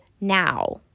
now